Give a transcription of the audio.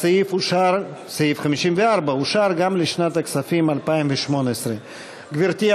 סעיף 54 אושר גם לשנת הכספים 2018. גברתי,